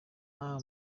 nta